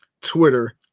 Twitter